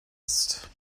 ist